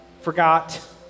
forgot